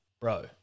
Bro